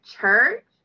church